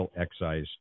excise